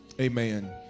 amen